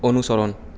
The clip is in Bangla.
অনুসরণ